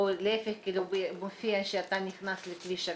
אם כן, אוקיי, אז בוא נכריז על זה ונתקדם משם.